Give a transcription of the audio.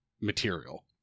material